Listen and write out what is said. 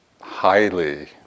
highly